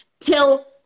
Till